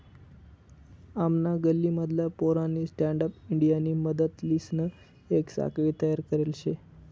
आमना गल्ली मधला पोऱ्यानी स्टँडअप इंडियानी मदतलीसन येक साखळी तयार करले शे